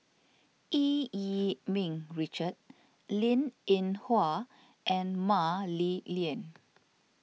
Eu Yee Ming Richard Linn in Hua and Mah Li Lian